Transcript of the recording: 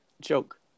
joke